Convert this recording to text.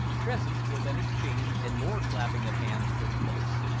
presents were then exchanged, and more clapping of hands took place,